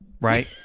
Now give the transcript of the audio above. right